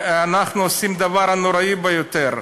ואנחנו עושים דבר נוראי ביותר,